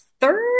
third